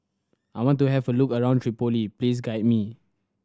I want to have a look around Tripoli please guide me